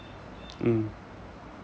mm